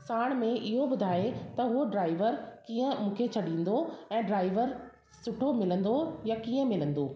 साण में इहो ॿुधाए त उहो ड्राईवर कीअं मूंखे छॾींदो ऐं ड्राईवर सुठो मिलंदो या कीअं मिलंदो